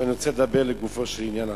ואני רוצה לדבר לגופו של עניין עכשיו,